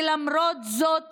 ולמרות זאת